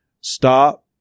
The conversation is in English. stop